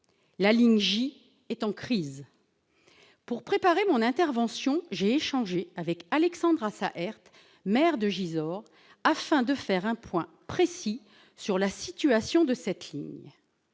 La ligne J est en crise. Pour préparer mon intervention, j'ai échangé avec Alexandre Rassaërt, maire de Gisors, afin de faire un point précis sur la situation de cette ligne.